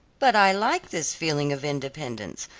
but i like this feeling of independence,